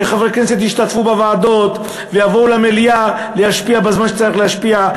שחברי כנסת ישתתפו בוועדות ויבואו למליאה להשפיע בזמן שצריך להשפיע,